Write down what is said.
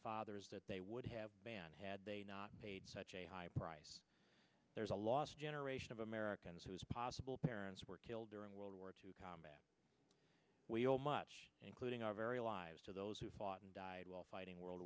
fathers that they would have been had they not paid such a high price there is a lost generation of americans who as possible parents were killed during world war two combat we owe much including our very lives to those who fought and died while fighting world